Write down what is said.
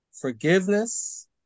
forgiveness